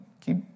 keep